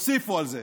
יוסיפו על זה,